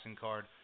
card